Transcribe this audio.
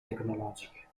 tecnologiche